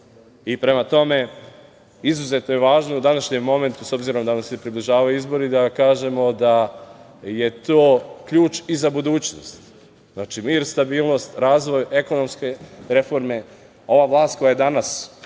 plata. Prema tome, izuzetno je važno u današnjem momentu, s obzirom da nam se približavaju izbori, da kažemo da je to ključ i za budućnost, znači, mir, stabilnost, razvoj, ekonomske reforme. Ova vlast koja je danas